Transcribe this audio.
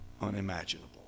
unimaginable